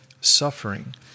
suffering